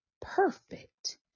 perfect